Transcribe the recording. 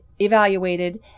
evaluated